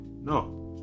no